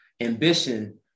ambition